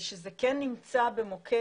שזה כן נמצא במוקד,